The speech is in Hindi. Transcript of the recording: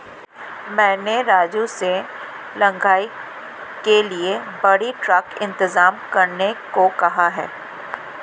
मैंने राजू से लॉगिंग के लिए बड़ी ट्रक इंतजाम करने को कहा है